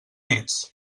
ets